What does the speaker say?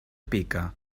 pica